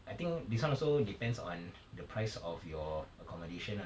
I think this [one] also depends on the price of your accommodation ah